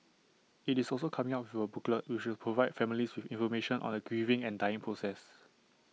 IT is also coming up with A booklet which will provide families with information on the grieving and dying process